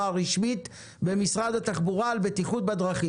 הרשמית במשרד התחבורה על בטיחות בדרכים?